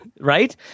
right